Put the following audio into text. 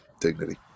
dignity